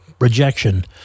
Rejection